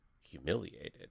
humiliated